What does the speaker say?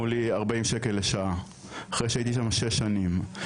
לי 40 שקל לשעה אחרי שהייתי שם שש שנים.